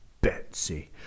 Betsy